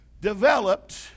developed